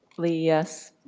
lee, yes.